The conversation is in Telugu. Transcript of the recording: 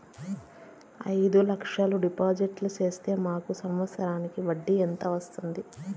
అయిదు లక్షలు డిపాజిట్లు సేస్తే మాకు సంవత్సరానికి వడ్డీ ఎంత వస్తుంది?